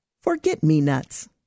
Forget-me-nuts